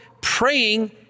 praying